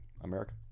America